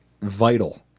vital